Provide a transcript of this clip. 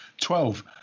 Twelve